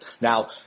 Now